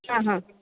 हां हां